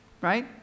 right